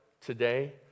today